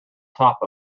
top